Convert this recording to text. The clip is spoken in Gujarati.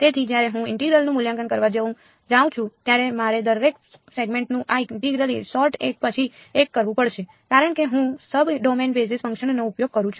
તેથી જ્યારે હું ઇન્ટિગ્રલનું મૂલ્યાંકન કરવા જાઉં છું ત્યારે મારે દરેક સેગમેન્ટનું આ ઇન્ટીગ્રેશન સૉર્ટ એક પછી એક કરવું પડશે કારણ કે હું સબ ડોમેન બેઝિસ ફંક્શનનો ઉપયોગ કરું છું